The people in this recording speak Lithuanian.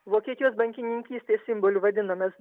vokietijos bankininkystės simboliu vadinamas